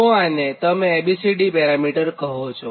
તો આને તમે A B C D parameter કહો છો